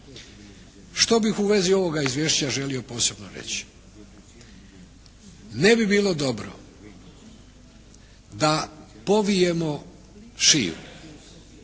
Što bih u vezi ovoga izvješća želio posebno reći? Ne bi bilo dobro da povijemo šiju